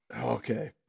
Okay